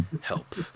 help